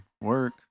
work